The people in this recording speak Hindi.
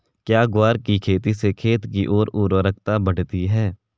क्या ग्वार की खेती से खेत की ओर उर्वरकता बढ़ती है?